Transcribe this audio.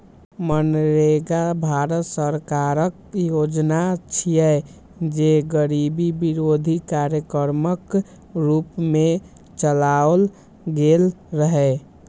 मनरेगा भारत सरकारक योजना छियै, जे गरीबी विरोधी कार्यक्रमक रूप मे चलाओल गेल रहै